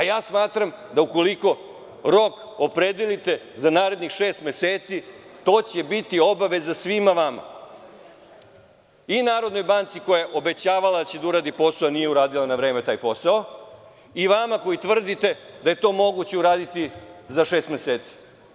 Ja smatram da, ukoliko rok opredelite za narednih šest meseci, to će biti obaveza svima vama, i Narodne banke koja je obećavala da će da uradi posao, a nije uradila na vreme taj posao, i vama koji tvrdite da je to moguće uraditi za šest meseci.